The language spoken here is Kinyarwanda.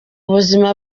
ubuzima